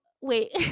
wait